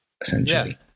essentially